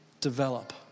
develop